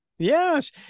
Yes